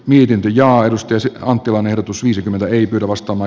niidenkin ja aidosti se on tuon ehdotus viisikymmentä ei arvostama